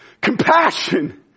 compassion